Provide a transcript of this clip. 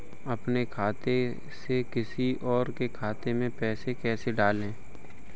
अपने खाते से किसी और के खाते में पैसे कैसे डालें?